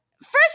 First